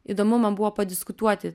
įdomu man buvo padiskutuoti